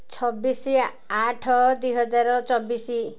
ଛବିଶ ଆଠ ଦୁଇ ହଜାର ଚବିଶ